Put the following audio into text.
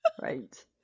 Right